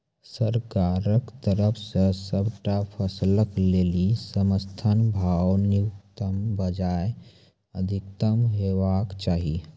सरकारक तरफ सॅ सबटा फसलक लेल समर्थन भाव न्यूनतमक बजाय अधिकतम हेवाक चाही?